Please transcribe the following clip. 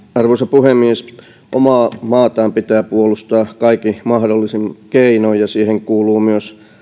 arvoisa puhemies omaa maataan pitää puolustaa kaikin mahdollisin keinoin ja siihen kuuluu myös